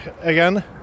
again